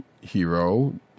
hero